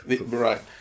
Right